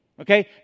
Okay